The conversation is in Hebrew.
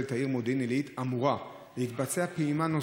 את העיר מודיעין עילית אמורה להתבצע פעימה נוספת,